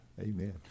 Amen